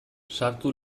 sartu